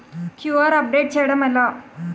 QR update చేయడం ఎలా?